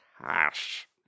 cash